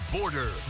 Border